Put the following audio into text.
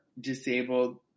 disabled